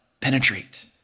penetrate